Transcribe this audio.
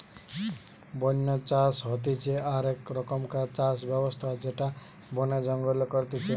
বন্য চাষ হতিছে আক রকমকার চাষ ব্যবস্থা যেটা বনে জঙ্গলে করতিছে